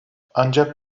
ancak